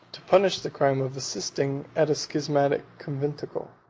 to punish the crime of assisting at a schismatic conventicle